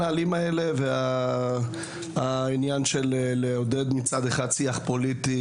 הנהלים האלה והעניין של לעודד מצד אחד שיח פוליטי